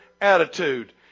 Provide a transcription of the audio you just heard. attitude